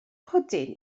pwdin